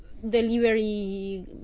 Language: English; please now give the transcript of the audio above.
delivery